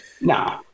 No